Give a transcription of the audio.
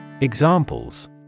Examples